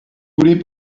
voulez